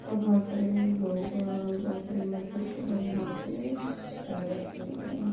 اور بہت سارے لوگ بہت سارے مذہب کے لوگ یہاں پہ رہتے ہیں